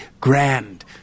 grand